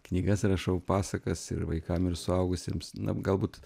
knygas rašau pasakas ir vaikam ir suaugusiems na galbūt